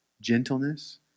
gentleness